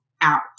out